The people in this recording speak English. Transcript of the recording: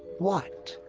what?